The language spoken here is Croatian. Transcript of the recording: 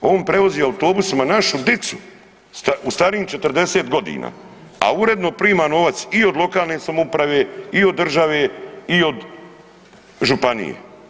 On prevozi autobusima našu djecu u starim 40 godina, a uredno prima novac i od lokalne samouprave, i od države i od županije.